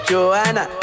Joanna